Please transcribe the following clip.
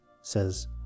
says